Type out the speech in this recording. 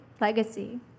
legacy